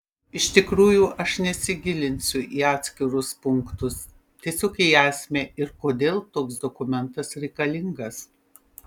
iš tikrųjų aš nesigilinsiu į atskirus punktus tiesiog į esmę ir kodėl toks dokumentas reikalingas